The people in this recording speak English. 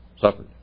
suffered